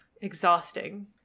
Exhausting